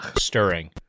stirring